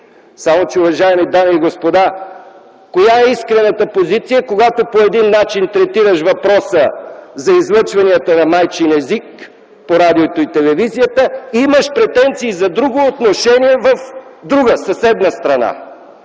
само че, уважаеми дами и господа, коя е искрената позиция, когато по един начин третираш въпроса за излъчванията на майчин език по радиото и телевизията и имаш претенции за друго отношение в друга, съседна страна?